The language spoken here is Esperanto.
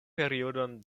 periodon